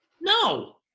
no